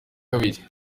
kabiri